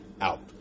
out